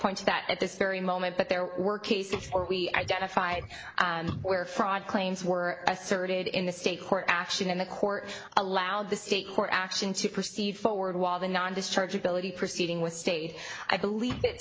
point to that at this very moment but there were cases or we identified where fraud claims were asserted in the state court action and the court allowed the state court action to proceed forward while the non discharge ability proceeding was stated i believe it